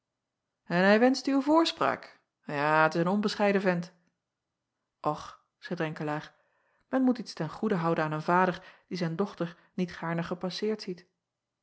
n hij wenschte uw voorspraak ja t is een onbescheiden vent ch zeî renkelaer men moet iets ten goede houden aan een vader die zijn dochter niet gaarne gepasseerd ziet